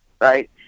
right